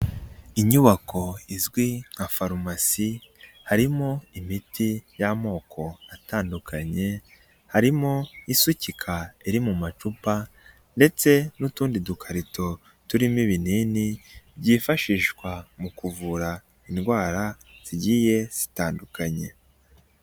Inyubako izwi nka farumasi harimo imiti y'amoko atandukanye, harimo isukika iri mu macupa ndetse n'utundi dukarito turimo ibinini byifashishwa mu kuvura indwara zigiye zitandukanye.